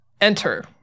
Enter